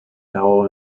cabo